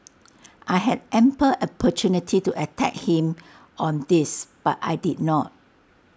I had ample opportunity to attack him on this but I did not